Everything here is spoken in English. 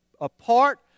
apart